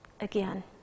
again